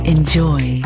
Enjoy